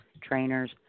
trainers